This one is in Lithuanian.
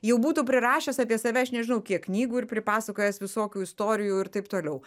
jau būtų prirašęs apie save aš nežinau kiek knygų ir pripasakojęs visokių istorijų ir taip toliau